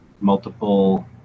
multiple